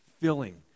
filling